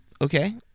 Okay